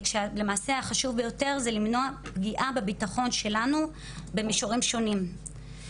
שלמעשה החשוב ביותר זה למנוע פגיעה בביטחון שלנו במישורים שונים.